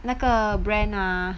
那个 brand ah